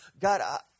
God